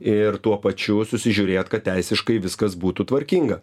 ir tuo pačiu susižiūrėt kad teisiškai viskas būtų tvarkinga